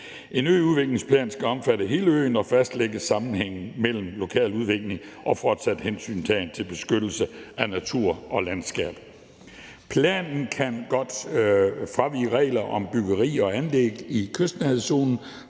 En øudviklingsplan skal omfatte hele øen og fastlægge sammenhængen mellem lokal udvikling og fortsat hensyntagen til beskyttelse af natur og landskab. Planen kan godt fravige regler om byggeri og anlæg i kystnærhedszonen,